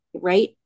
right